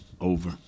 over